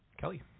Kelly